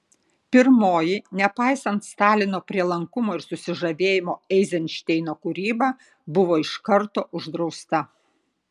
pirmoji nepaisant stalino prielankumo ir susižavėjimo eizenšteino kūryba buvo iš karto uždrausta